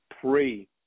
pre